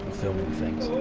filming things.